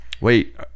Wait